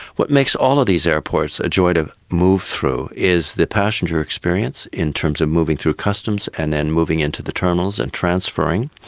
what makes all of these airports a joy to move through is the passenger experience in terms of moving through customs and then moving into the terminals and transferring.